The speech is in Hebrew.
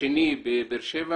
השני בבאר שבע